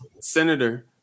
senator